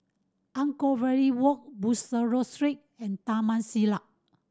Anchorvale Walk Bussorah Street and Taman Sireh